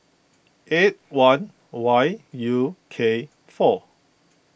eight one Y U K four